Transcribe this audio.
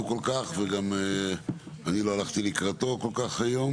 כל כך וגם אני לא הלכתי לקראתו היום,